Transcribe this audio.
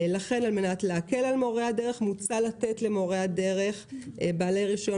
לכן על מנת להקל על מורי הדרך מוצע לתת למורי הדרך בעלי רישיון